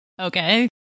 Okay